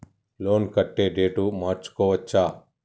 Loan కట్టే date మార్చుకోవచ్చా?